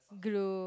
glue